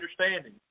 understanding